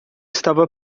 estava